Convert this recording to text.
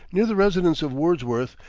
near the residence of wordsworth,